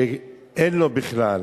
שאין לו בכלל?